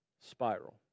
spiral